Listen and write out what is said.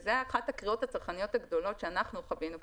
וזו אחת הקריאות הצרכניות הגדולות שאנחנו חווינו,